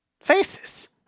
faces